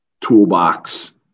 toolbox